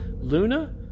Luna